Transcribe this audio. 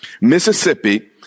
Mississippi